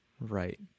Right